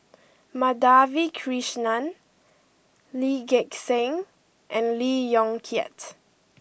Madhavi Krishnan Lee Gek Seng and Lee Yong Kiat